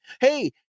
Hey